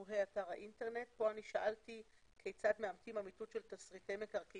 מקום הפרסום הוא אתר האינטרנט של הרשות לרישום והסדר זכויות במקרקעין.